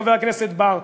חבר הכנסת בר,